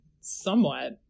somewhat